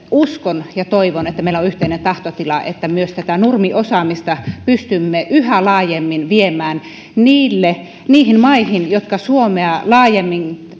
uskon ja toivon että meillä on yhteinen tahtotila että myös tätä nurmiosaamista pystymme yhä laajemmin viemään niihin maihin jotka suomea laajemmin